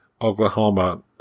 Oklahoma